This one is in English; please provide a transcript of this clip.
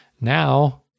now